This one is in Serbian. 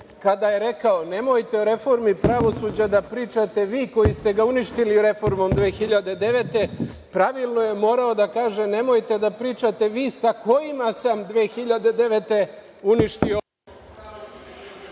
kada je rekao – nemojte o reformi pravosuđa da pričate vi koji ste ga uništili reformom 2009. godine. Pravilno je morao da kaže – nemojte da pričate vi sa kojima sa 2009. godine